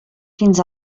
fins